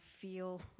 feel